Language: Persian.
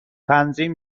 تنظیم